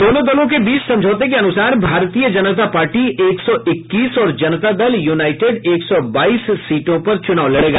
दोनों दलों के बीच समझौते के अनुसार भारतीय जनता पार्टी एक सौ इक्कीस और जनता दल यूनाइटेड एक सौ बाईस सीटों पर चुनाव लड़ेगा